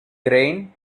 grain